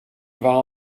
war